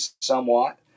somewhat